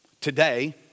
Today